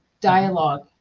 dialogue